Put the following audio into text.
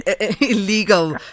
illegal